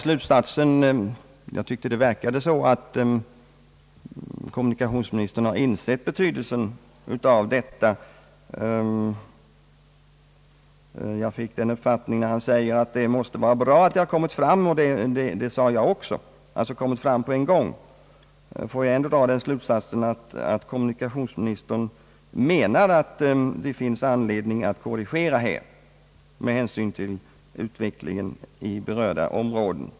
Jag tyckte att det verkade som om kommunikationsministern också slutligen insett betydelsen härav. Den uppfattningen fick jag nämligen då han sade, att det måste vara bra att vi har kommit fram med hela planen på en gång och i god tid. Får jag då dra den slutsatsen att kommunikationsministern ändå menar trots att han i svaret ej vill ge löfte om möjlighet för riksdagen att ompröva att det finns anledning att göra korrigeringar med hänsyn till utvecklingen i berörda områden?